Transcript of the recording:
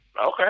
Okay